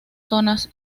zonas